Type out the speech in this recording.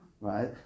right